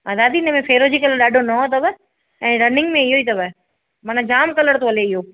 हा दादी हिन में फ़िरोजी कलर ॾाढो नओं अथव ऐं रनिंग में इहो ई अथव माना जामु कलर थो हले इहो